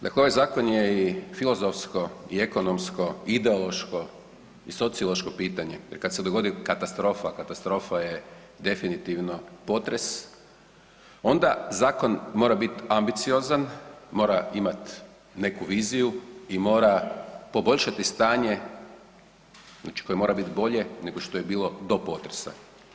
Dakle, ovaj zakon je i filozofsko i ekonomsko i ideološko i sociološko pitanje jer kad se dogodi katastrofa, katastrofa je definitivno potres, onda zakon mora bit ambiciozan, mora imat neku viziju i mora poboljšati stanje, znači koje mora bit bolje nego što je bilo do potresa.